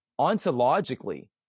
ontologically